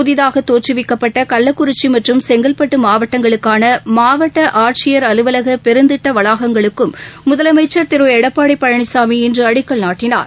புதிதாகதோற்றுவிக்கப்பட்டகள்ளக்குறிச்சிமற்றம் செங்கல்பட்டுமாவட்டங்களுக்கானமாவட்டஆட்சியர் அலுவலகபெருந்திட்டவளாகங்களுக்குமுதலமைச்சர் திருஎடப்பாடிபழனிசாமி இன்றுஅடிக்கல் நாட்டினார்